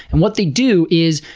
and what they do is,